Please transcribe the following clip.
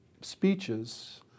speeches